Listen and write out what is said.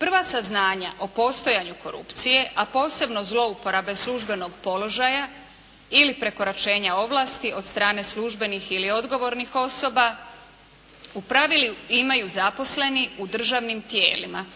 Prva saznanja o postojanju korupcije, a posebno zlouporabe službenog položaja ili prekoračenja ovlasti od strane službenih ili odgovornih osoba u pravilu imaju zaposleni u državnim tijelima,